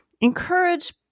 encourage